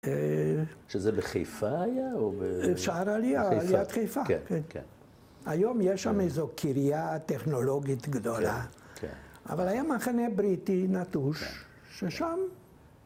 ‫אה.. שזה בחיפה היה? ‫או ב... שער עלייה, על יד חיפה, כן. כן. ‫היום יש שם איזו קרייה ‫טכנולוגית גדולה, ‫כן. כן. אבל היה מחנה בריטי נטוש כן. ששם...